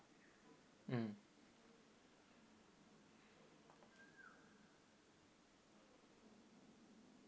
mm